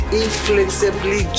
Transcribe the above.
inflexibly